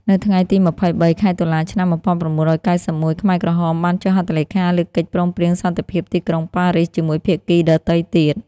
នៅថ្ងៃទី២៣ ខែតុលា ឆ្នាំ១៩៩១ ខ្មែរក្រហមបានចុះហត្ថលេខាលើកិច្ចព្រមព្រៀងសន្តិភាពទីក្រុងប៉ារីសជាមួយភាគីដទៃទៀត។